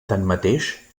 tanmateix